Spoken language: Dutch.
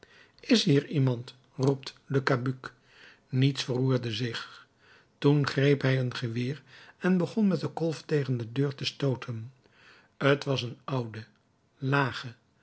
is hier iemand roept le cabuc niets verroerde zich toen greep hij een geweer en begon met den kolf tegen de deur te stooten t was een oude lage